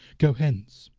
go hence,